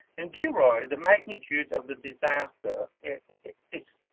in gilroy, the magnitude of the disaster is